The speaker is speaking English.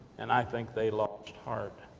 and i think they lost heart,